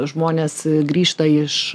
žmonės grįžta iš